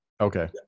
Okay